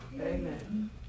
Amen